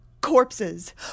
Corpses